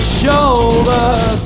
shoulders